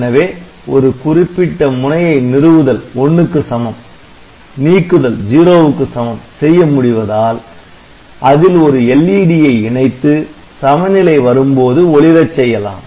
எனவே ஒரு குறிப்பிட்ட முனையை நிறுவுதல் 1 க்கு சமம் நீக்குதல் 0 க்கு சமம் செய்ய முடிவதால் அதில் ஒரு LED ஐ இணைத்து சம நிலை வரும்போது ஒளிரச்செய்யலாம்